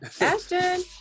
Ashton